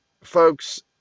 Folks